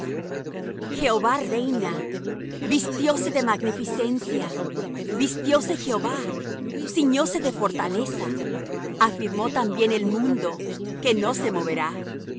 jehova reina vistióse de magnificencia vistióse jehová ciñose de fortaleza afirmó también el mundo que no se moverá